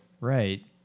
Right